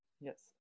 Yes